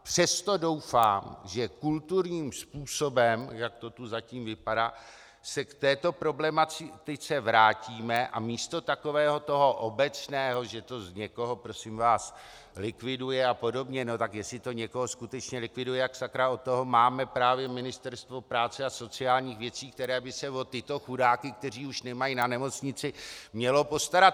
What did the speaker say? Přesto doufám, že kulturním způsobem, jak to tu zatím vypadá, se k této problematice vrátíme a místo takového toho obecného, že to někoho likviduje a podobně tak jestli to někoho skutečně likviduje, tak sakra snad od toho máme právě Ministerstvo práce a sociálních věcí, které by se o tyto chudáky, kteří už nemají na nemocnici, mělo postarat!